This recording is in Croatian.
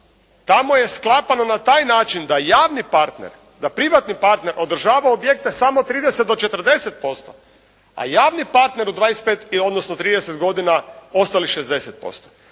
Tamo je sklapano na taj način da javni partner, da privatni partner održava objekte samo 30 do 40%, a javni partner 25, odnosno 30 godina ostalih 60%.